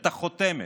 את החותמת,